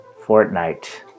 Fortnite